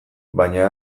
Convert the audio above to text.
baina